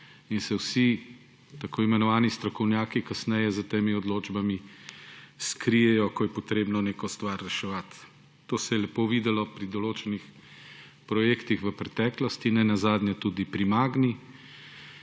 In se vsi tako imenovani strokovnjaki kasneje za temi odločbami skrijejo, ko je potrebno neko stvar reševati. To se je lepo videlo pri določenih projektih v preteklosti, nenazadnje tudi pri Magni,